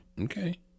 Okay